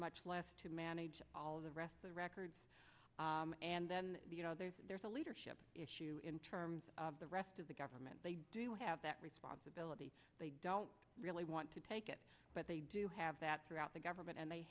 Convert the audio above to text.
much less to manage all the rest of the records and then there's a leadership issue in terms of the rest of the government they do have that responsibility they don't really want to take it but they do have that throughout the government and they